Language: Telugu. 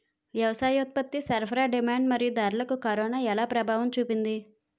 వ్యవసాయ ఉత్పత్తి సరఫరా డిమాండ్ మరియు ధరలకు కరోనా ఎలా ప్రభావం చూపింది